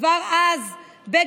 חבר הכנסת יצחק פינדרוס, בבקשה,